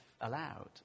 allowed